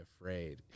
afraid